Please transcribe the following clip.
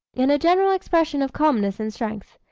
and a general expression of calmness and strength.